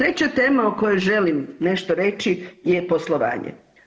3. tema o kojoj želim nešto reći je poslovanje.